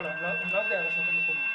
הם לא עובדי הרשות המקומית.